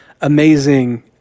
amazing